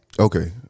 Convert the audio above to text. Okay